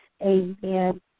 Amen